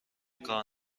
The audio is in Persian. کار